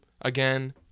again